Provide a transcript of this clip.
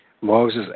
Moses